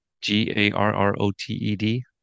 G-A-R-R-O-T-E-D